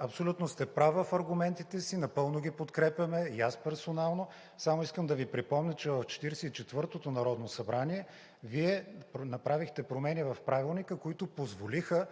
абсолютно сте прав в аргументите си, напълно ги подкрепяме, и аз персонално. Само искам да Ви припомня, че в 44-тото народно събрание Вие направихте промени в Правилника, които позволиха